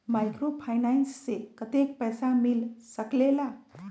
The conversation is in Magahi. माइक्रोफाइनेंस से कतेक पैसा मिल सकले ला?